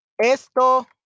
Esto